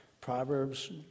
Proverbs